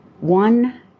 One